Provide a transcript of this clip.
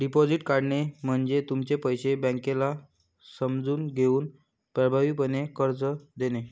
deposit काढणे म्हणजे तुमचे पैसे बँकेला समजून घेऊन प्रभावीपणे कर्ज देणे